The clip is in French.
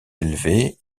élevés